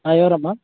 ఆ ఎవరమ్మా